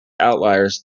outliers